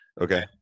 Okay